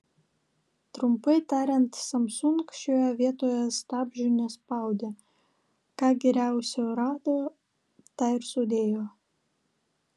trumpai tariant samsung šioje vietoje stabdžių nespaudė ką geriausio rado tą ir sudėjo